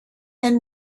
and